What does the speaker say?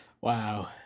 Wow